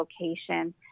location